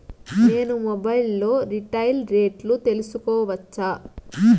నేను మొబైల్ లో రీటైల్ రేట్లు తెలుసుకోవచ్చా?